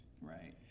Right